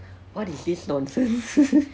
what is this nonsense